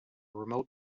remote